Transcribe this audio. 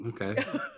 okay